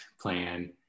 plan